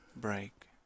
break